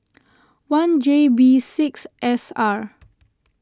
one J B six S R